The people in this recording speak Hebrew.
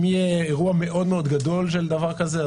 אם יהיה אירוע מאוד מאוד גדול של דבר כזה,